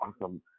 awesome